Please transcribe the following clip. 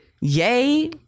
yay